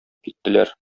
киттеләр